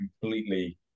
completely